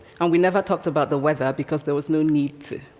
and we never talked about the weather, because there was no need to.